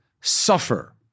suffer